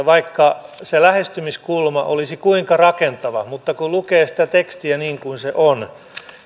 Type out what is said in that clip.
vaikka se lähestymiskulma olisi kuinka rakentava niin kun lukee sitä tekstiä niin kuin se on